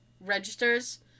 registers